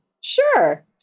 sure